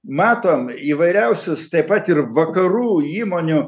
matom įvairiausius taip pat ir vakarų įmonių